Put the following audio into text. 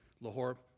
Lahore